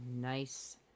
nice